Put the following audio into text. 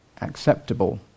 acceptable